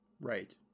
Right